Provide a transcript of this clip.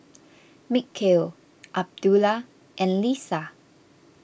Mikhail Abdullah and Lisa